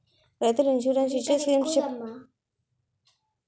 రైతులు కి ఇన్సురెన్స్ ఇచ్చే స్కీమ్స్ చెప్పండి?